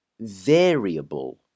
variable